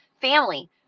family